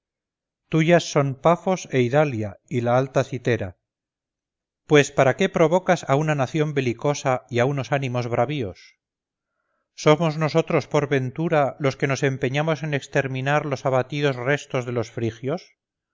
hora tuyas son pafos e idalia y la alta citera pues para qué provocas a una nación belicosa y a unos ánimos bravíos somos nosotros por ventura los que nos empeñamos en exterminar los abatidos restos de los frigios